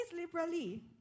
liberally